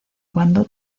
cuando